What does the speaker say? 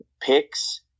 Picks